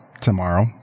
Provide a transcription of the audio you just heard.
tomorrow